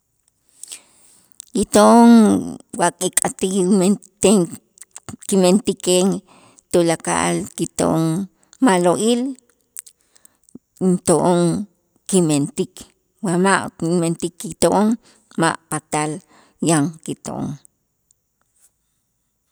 Kito'on wa kik'atij umentej kimentiken tulakal kito'on ma'lo'il into'on kimentik wa ma' kimentik kito'on ma' patal yan kito'on.